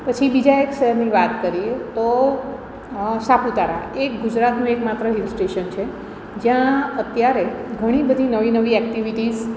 પછી બીજા એક શહેરની વાત કરીએ તો સાપુતારા એ ગુજરાતનું એકમાત્ર હિલસ્ટેશન છે જ્યાં અત્યારે ઘણી બધી નવી નવી એક્ટિવિટીઝ